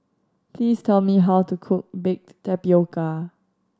please tell me how to cook baked tapioca